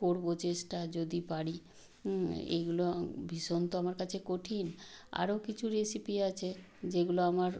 করবো চেষ্টা যদি পারি এগুলো ভীষণ তো আমর কাছে কঠিন আরো কিছু রেসিপি আছে যেগুলো আমার